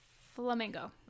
flamingo